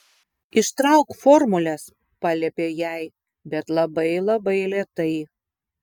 ištrauk formules paliepė jai bet labai labai lėtai